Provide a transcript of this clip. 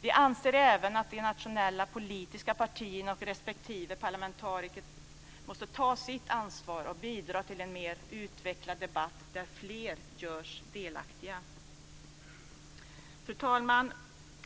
Vi anser även att de nationella politiska partierna och respektive parlamentariker måste ta sitt ansvar och bidra till en mer utvecklad debatt där fler görs delaktiga. Fru talman!